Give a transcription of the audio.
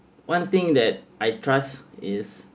one thing that I trust is